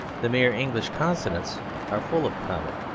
the mere english consonants are full of cobbett.